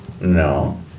No